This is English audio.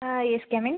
yes come in